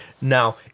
now